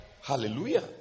Hallelujah